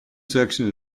section